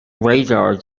radar